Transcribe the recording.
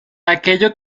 aquello